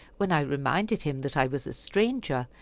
when i reminded him that i was a stranger,